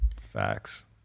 Facts